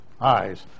eyes